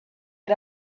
had